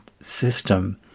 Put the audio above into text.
system